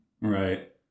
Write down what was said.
Right